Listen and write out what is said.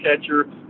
catcher